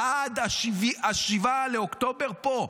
לעד 7 באוקטובר פה,